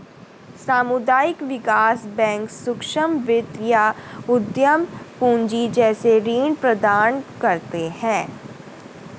सामुदायिक विकास बैंक सूक्ष्म वित्त या उद्धम पूँजी जैसे ऋण प्रदान करते है